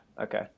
Okay